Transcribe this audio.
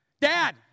Dad